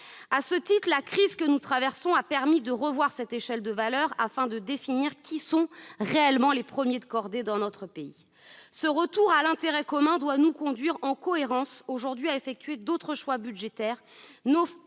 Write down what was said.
À ce titre, la crise que nous traversons a permis de revoir cette échelle de valeurs, afin de définir qui sont réellement les premiers de cordée dans notre pays. Ce retour à l'intérêt commun doit nous conduire en cohérence aujourd'hui à effectuer d'autres choix budgétaires,